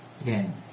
again